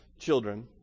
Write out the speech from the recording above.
children